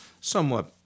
somewhat